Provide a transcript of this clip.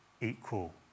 equal